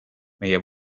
meie